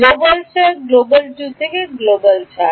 global 4 global 2 থেকে global 4